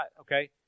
Okay